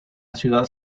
ciudad